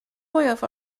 fwyaf